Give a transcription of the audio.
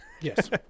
Yes